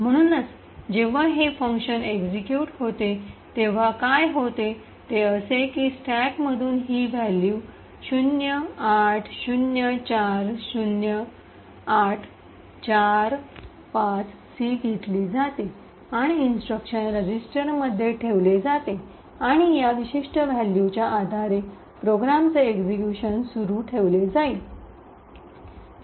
म्हणूनच जेव्हा हे फंक्शन एक्सिक्यूट होते तेव्हा काय होते ते असे की स्टॅकमधून हि व्ह्यलु 0804845सी घेतली जाते आणि इन्स्ट्रक्शन रेजिस्टरमध्ये ठेवले जाते आणि या विशिष्ट व्हॅल्यूच्या आधारे प्रोग्रामचे एक्सिक्यूशन सुरू ठेवले जाईल